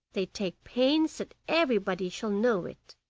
they take pains that everybody shall know it.